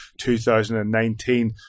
2019